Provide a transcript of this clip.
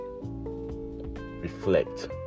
reflect